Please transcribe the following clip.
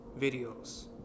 videos